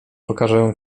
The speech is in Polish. pokażę